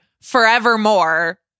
forevermore